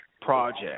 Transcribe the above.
project